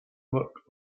work